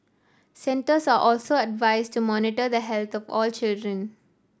centres are also advised to monitor the health of all children